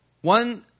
one